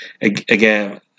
again